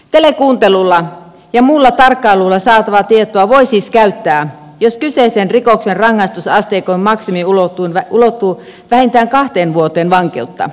telekuuntelulla ja muulla tarkkailulla saatavaa tietoa voi siis käyttää jos kyseisen rikoksen rangaistusasteikon maksimi ulottuu vähintään kahteen vuoteen vankeutta